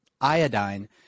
iodine